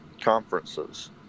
conferences